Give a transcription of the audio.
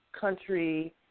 country